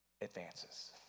advances